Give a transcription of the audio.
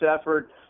effort